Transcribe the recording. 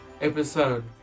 episode